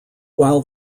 while